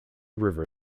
river